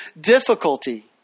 difficulty